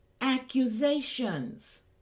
accusations